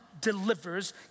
Delivers